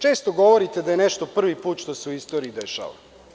Često govorite da je nešto prvi put što se u istoriji dešava.